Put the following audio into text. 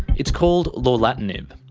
it's called lorlatinib.